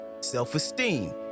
self-esteem